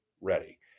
ready